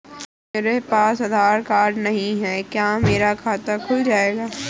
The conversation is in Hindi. मेरे पास आधार कार्ड नहीं है क्या मेरा खाता खुल जाएगा?